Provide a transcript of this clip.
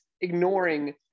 ignoring